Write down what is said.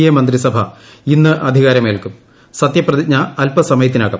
A മന്ത്രിസഭ ഇന്ന് അധികാരമേൽക്കും സത്യപ്രതിജ്ഞ അല്പസമയത്തിനകം